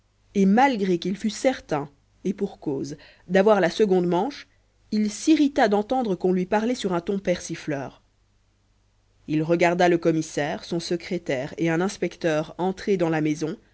et malgré qu'il fût certain et pour cause d'avoir la seconde manche il s'irrita d'entendre qu'on lui parlait sur un ton persifleur il regarda le commissaire son secrétaire et un inspecteur entrer dans la maison